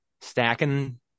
stacking